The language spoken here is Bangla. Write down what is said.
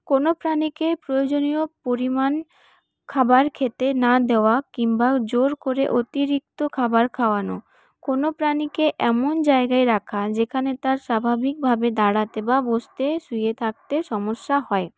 কোন প্রাণীকে প্রয়োজনীয় পরিমাণ খাবার খেতে না দেওয়া কিংবা জোর করে অতিরিক্ত খাবার খাওয়ানো কোন প্রাণীকে এমন জায়গায় রাখা যেখানে তার স্বাভাবিকভাবে দাঁড়াতে বা বসতে বা শুয়ে থাকতে সমস্যা হয়